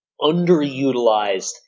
underutilized